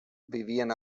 vivien